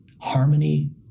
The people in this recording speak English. harmony